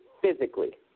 physically